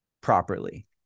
properly